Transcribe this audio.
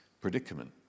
predicament